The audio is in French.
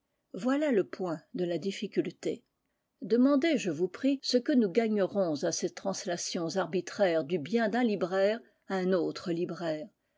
voilà le point de la difficulté demandez je vous prie ce que nous gagnerons à des translations arbitraires du bien d'un libraire à un autre libraire